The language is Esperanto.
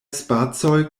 spacoj